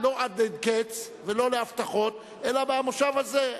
לא עד אין קץ, ולא להבטחות, אלא במושב הזה.